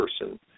person